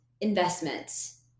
investments